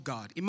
God